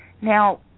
Now